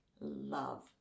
love